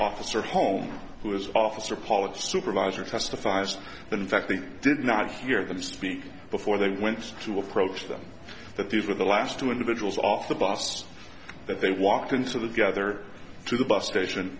officer home who is officer polish supervisor testifies that in fact they did not hear them speak before they went to approach them that these were the last two individuals off the bus that they walked into the gather to the bus station